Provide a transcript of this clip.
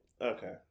okay